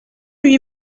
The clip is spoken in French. lui